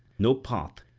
no path,